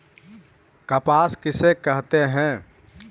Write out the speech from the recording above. कपास किसे कहते हैं?